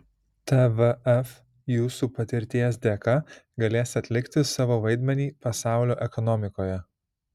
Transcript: tvf jūsų patirties dėka galės atlikti savo vaidmenį pasaulio ekonomikoje